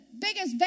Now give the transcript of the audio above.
biggest